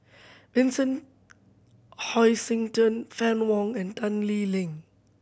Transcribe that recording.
Vincent Hoisington Fann Wong and Tan Lee Leng